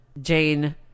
Jane